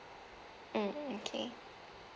mm okay